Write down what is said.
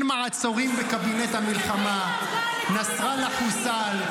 אין מעצורים בקבינט המלחמה: נסראללה חוסל,